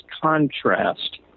contrast